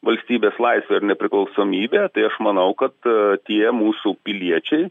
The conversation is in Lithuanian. valstybės laisvę ir nepriklausomybę tai aš manau kad tie mūsų piliečiai